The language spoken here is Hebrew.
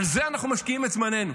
בזה אנחנו משקיעים את זמננו?